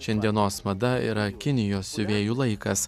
šiandienos mada yra kinijos siuvėjų laikas